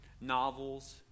novels